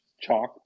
chalked